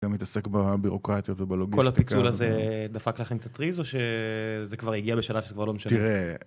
גם מתעסק בבירוקרטיות ובלוגיסטיקה. כל הפיצול הזה דפק לכם קצת ריז או שזה כבר הגיע בשלב שזה כבר לא משנה? תראה...